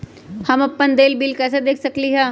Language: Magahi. हम अपन देल बिल कैसे देख सकली ह?